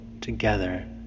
together